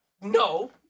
No